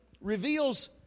reveals